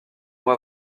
mois